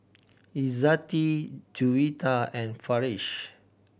Izzati Juwita and Farish